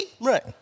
Right